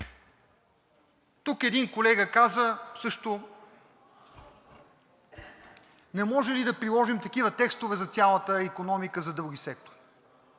Тук един колега каза също: не можем ли да приложим такива текстове за цялата икономика, за други сектори.